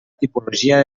tipologia